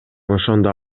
ошондо